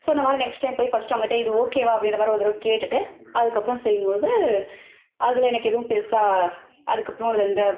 so இந்த மாதிரி next time போய் ஃபர்ஸ்ட்டு அவங்க கிட்டே இது ஓகேவா அப்படிங்கிற மாதிரி ஒரு தடவை கேட்டுகிட்டு அதுக்கப்புறம் செய்யும் போது அதில் எனக்கு எதுவும் பெருசாக அதுக்கப்புறம் எந்த